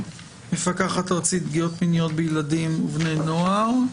מפקחת ארצית פגיעות מיניות בילדים ובני נוער,